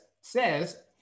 says